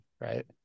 Right